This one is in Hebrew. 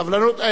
השר, סבלנות.